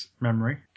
memory